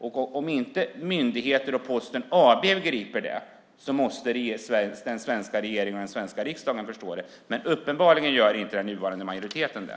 Om inte myndigheter och Posten AB begriper detta måste den svenska regeringen och riksdagen förstå det - men uppenbarligen gör inte den nuvarande majoriteten det.